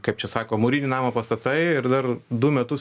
kaip čia sako mūrinį namą pastatai ir dar du metus